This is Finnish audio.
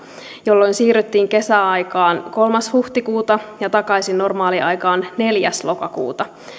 jolloin siirryttiin kesäaikaan kolmas huhtikuuta ja takaisin normaaliaikaan neljäs lokakuuta